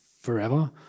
forever